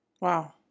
Wow